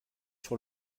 sur